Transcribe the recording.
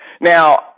Now